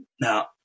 Now